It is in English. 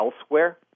elsewhere